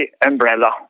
umbrella